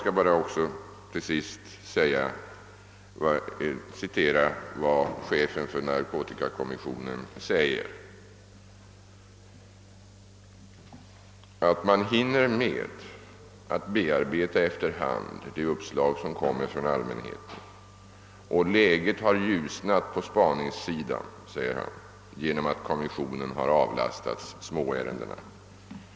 Slutligen vill jag också återge vad chefen för narkotikapolisen sagt, nämligen att man nu hinner med att efter hand bearbeta de uppslag som kommer från allmänheten och att läget på spaningssidan har ljusnat genom att kommissionen har avlastats småärendena.